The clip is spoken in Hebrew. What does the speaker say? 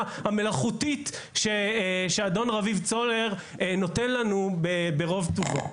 המלאכותית שאדון רביב צולר נותן לנו ברוב טובו.